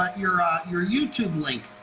but your ah your youtube link